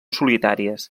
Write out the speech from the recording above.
solitàries